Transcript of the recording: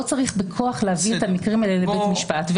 לא צריך בכוח להביא את המקרים האלה לבית משפט.